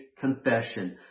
confession